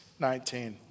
19